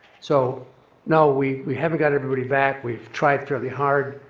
so no, we we haven't got everybody back. we've tried fairly hard.